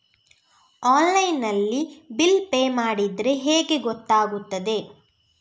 Online ನಲ್ಲಿ bill pay ಮಾಡಿದ್ರೆ ಹೇಗೆ ಗೊತ್ತಾಗುತ್ತದೆ?